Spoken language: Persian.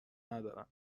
ندارن